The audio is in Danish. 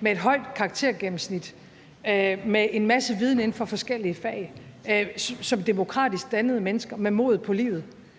med et højt karaktergennemsnit, med en masse viden inden for forskellige fag og som demokratisk dannede mennesker med mod på livet.